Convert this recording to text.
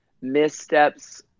missteps